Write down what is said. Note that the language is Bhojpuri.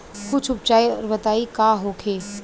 कुछ उपचार बताई का होखे?